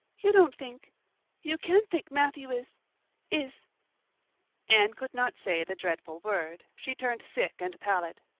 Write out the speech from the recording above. you don't think you can't think matthew is is anne could not say the dreadful word she turned sick and pallid.